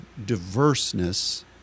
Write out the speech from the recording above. diverseness